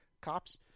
cops